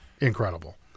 incredible